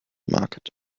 market